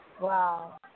Wow